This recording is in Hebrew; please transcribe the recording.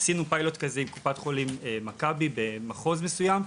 עשינו פיילוט כזה עם קופת חולים מכבי במחוז מסוים,